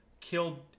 killed